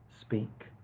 speak